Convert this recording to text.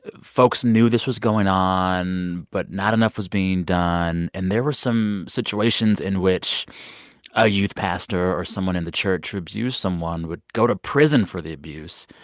folks knew this was going on, but not enough was being done. and there were some situations in which a youth pastor or someone in the church who abused someone would go to prison for the abuse,